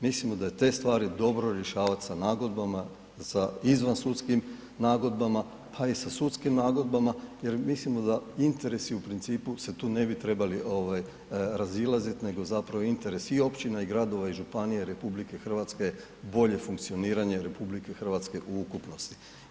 Mislimo da je te stvari dobro rješavati sa nagodbama, sa izvansudskim nagodbama pa i sa sudskim nagodbama jer mislimo da interesi u principu se tu ne bi trebali razilaziti ovaj nego zapravo interesi i općina i gradova i županije i RH bolje funkcioniranje RH u ukupnosti.